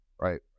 right